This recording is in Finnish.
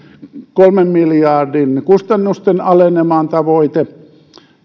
kolmen miljardin kustannusten aleneman tavoite